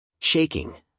Shaking